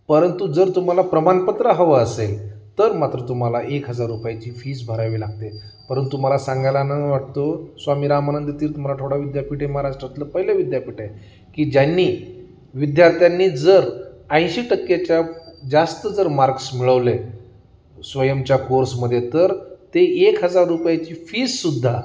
परंतु जर तुम्हाला प्रमाणपत्र हवं असेल तर मात्र तुम्हाला एक हजार रुपयाची फीज भरावी लागते परंतु मला सांगायला आनंद वाटतो स्वामी रामानंद तीर्थ मराठवाडा विद्यापीठ हे महाराष्ट्रातले पहिले विद्यापीठ आहे की ज्यांनी विद्यार्थ्यांनी जर ऐंशी टक्केच्या जास्त जर मार्क्स मिळवले स्वयमच्या कोर्समध्ये तर ते एक हजार रुपयाची फीज सुद्धा